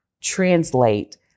translate